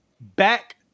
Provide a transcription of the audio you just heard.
back